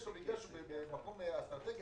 בגלל שהוא במקום אסטרטגי,